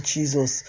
Jesus